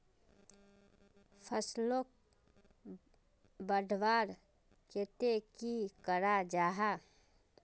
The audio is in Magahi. फसलोक बढ़वार केते की करा जाहा?